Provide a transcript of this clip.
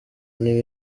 nti